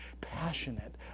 passionate